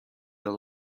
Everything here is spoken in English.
the